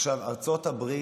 ארצות הברית,